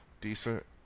decent